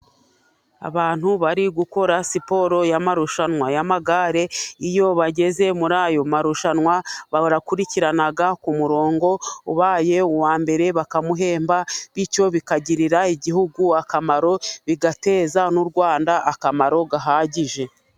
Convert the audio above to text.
Abantu bari gukora siporo y'amarushanwa y'amagare iyo bageze muri ayo marushanwa bakurikirana ku murongo, ubaye uwa mbere bakamuhemba bityo bikagirira igihugu akamaro, bigateza n'u Rwanda imbere.